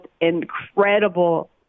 incredible